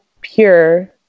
pure